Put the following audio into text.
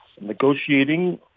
negotiating